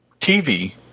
TV